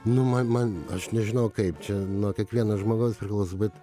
nu man man aš nežinau kaip čia nuo kiekvieno žmogaus priklauso bet